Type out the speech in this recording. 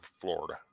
Florida